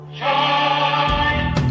shine